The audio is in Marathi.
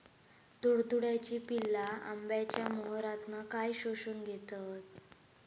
तुडतुड्याची पिल्ला आंब्याच्या मोहरातना काय शोशून घेतत?